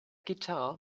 guitar